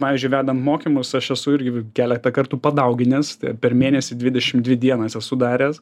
pavyzdžiu vedan mokymus aš esu irgi keletą kartų padauginęs per mėnesį dvidešim dvi dienas esu daręs